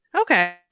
Okay